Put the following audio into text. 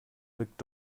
wirkt